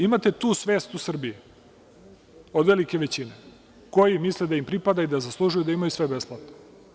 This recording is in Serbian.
Imate tu svest u Srbiji od velike većine koji misle da im pripada i da zaslužuju da imaju sve besplatno.